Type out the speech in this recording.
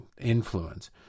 influence